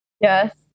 yes